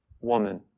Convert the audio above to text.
woman